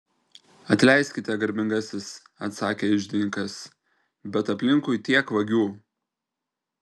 atleiskite garbingasis atsakė iždininkas bet aplinkui tiek vagių